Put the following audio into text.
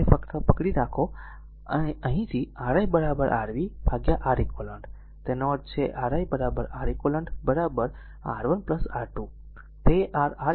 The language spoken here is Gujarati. અહીં અહીંથી પકડી રાખો અહીંથી r i r v Req તેનો અર્થ છે r i R eq r R1 R2